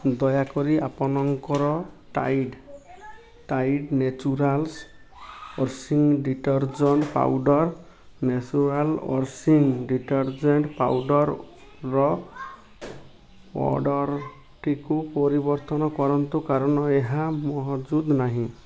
ଦୟାକରି ଆପଣଙ୍କର Tide Tide Naturals washing detergent ପାଉଡ଼ରର ଅର୍ଡ଼ର୍ଟିକୁ ୱାଶିଂ ଡିଟର୍ଜେଣ୍ଟ୍ ପାଉଡ଼ରର ଅର୍ଡ଼ର୍ଟିକୁ ପରିବର୍ତ୍ତନ କରନ୍ତୁ କାରଣ ଏହା ମହଜୁଦ ନାହିଁ